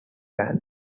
band